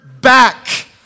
back